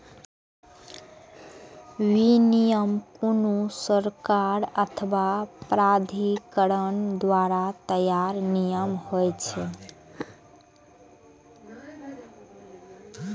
विनियम कोनो सरकार अथवा प्राधिकरण द्वारा तैयार नियम होइ छै